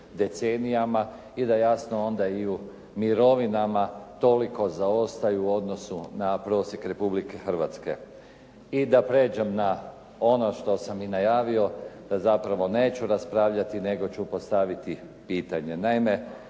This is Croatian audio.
decenijima i da jasno onda u mirovinama toliko zaostaju u odnosu na prosjek Republike Hrvatske. I da pređem na ono što sam najavio da zapravo neću raspravljati, nego ću postaviti pitanje.